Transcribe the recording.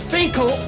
Finkel